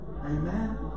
Amen